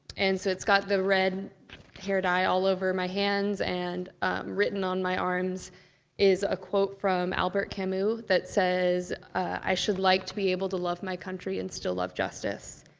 and so it's got the red hair dye all over my hands, and written on my arms is a quote from albert camus that says, i should like to be able to love my country and still love justice.